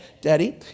Daddy